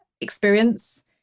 experience